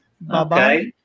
Bye-bye